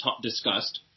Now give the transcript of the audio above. discussed